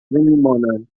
میمانند